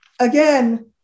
Again